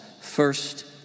first